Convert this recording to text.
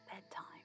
Bedtime